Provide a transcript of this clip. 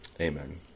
Amen